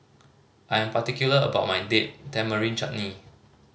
I am particular about my Date Tamarind Chutney